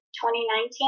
2019